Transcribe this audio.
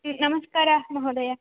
नमस्काराः महोदय